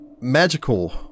magical